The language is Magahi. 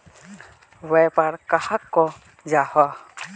व्यापार कहाक को जाहा?